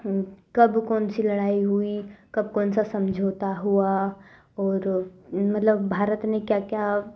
कब कौन सी लड़ाई हुई कब कौन सा समझौता हुआ और मतलब भारत में क्या क्या